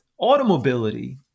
automobility